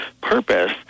purpose